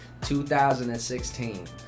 2016